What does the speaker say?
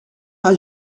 are